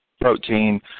protein